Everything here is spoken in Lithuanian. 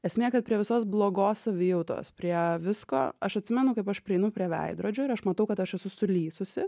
esmė kad prie visos blogos savijautos prie visko aš atsimenu kaip aš prieinu prie veidrodžio ir aš matau kad aš esu sulysusi